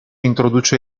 introduce